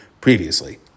previously